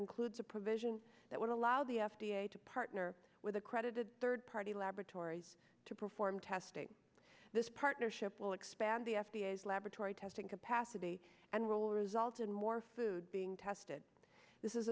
includes a provision that would allow the f d a to partner with accredited third party laboratories to perform testing this partnership will expand the f d a as laboratory testing capacity and role result in more food being tested this